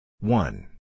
One